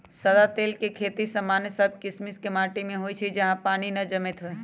सदा तेल के खेती सामान्य सब कीशिम के माटि में होइ छइ जहा पानी न जमैत होय